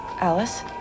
Alice